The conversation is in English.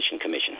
Commission